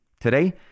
Today